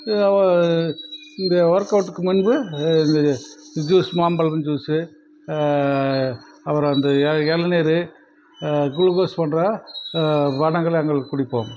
இந்த ஒர்க்கவுட்டுக்கு முன்பு ஜூஸ் மாம்பழம் ஜூசு அப்புறம் இந்த இளநீர் குளுக்கோஸ் போன்ற பானங்கள் நாங்கள் குடிப்போம்